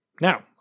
Now